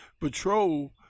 patrol